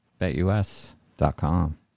BetUS.com